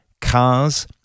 cars